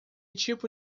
tipo